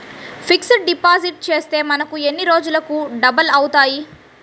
Fixed deposit చేస్తే మనకు ఎన్ని రోజులకు డబల్ అవుతాయి?